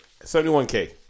71K